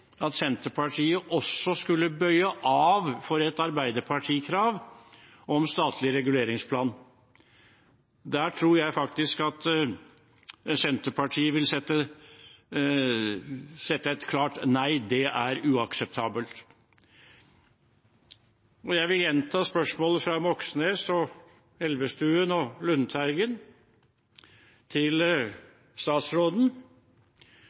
at Senterpartiet også skulle bøye av for et Arbeiderparti-krav om statlig reguleringsplan. Der tror jeg faktisk at Senterpartiet vil si et klart nei, at det er uakseptabelt. Jeg vil gjenta spørsmålet fra Moxnes, Elvestuen og Lundteigen til statsråden: